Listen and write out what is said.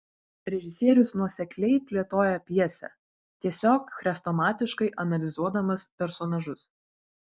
režisierius nuosekliai plėtoja pjesę tiesiog chrestomatiškai analizuodamas personažus